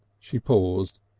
she paused.